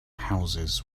houses